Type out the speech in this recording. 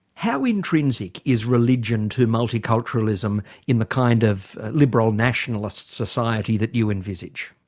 how intrinsic is religion to multiculturalism in the kind of liberal nationalist society that you envisage?